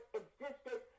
existed